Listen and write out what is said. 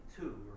two